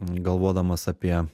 galvodamas apie